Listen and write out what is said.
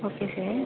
okay sir